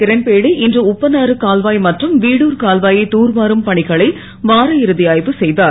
கிரண்பேடி இன்று உப்பனாறு கால்வா மற்றும் வீடுர் கால்வா யை தூர்வாரும் பணிகளை வார இறு ஆ வு செ தார்